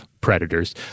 predators